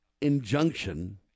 injunction